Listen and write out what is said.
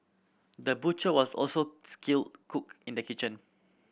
the butcher was also skilled cook in the kitchen